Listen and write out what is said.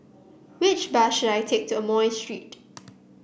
which bus should I take to Amoy Street